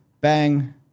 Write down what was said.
bang